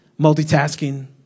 multitasking